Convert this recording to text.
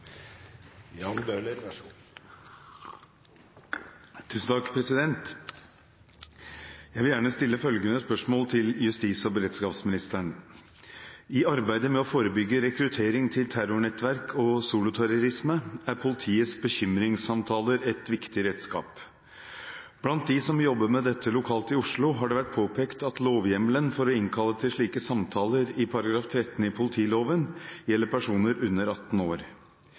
beredskapsministeren: «I arbeidet med å forebygge rekruttering til terrornettverk og soloterrorisme er politiets bekymringssamtaler et viktig redskap. Blant dem som jobber med dette lokalt i Oslo, har det vært påpekt at lovhjemmelen for å innkalle til slike samtaler i paragraf 13 i politiloven gjelder personer under 18 år.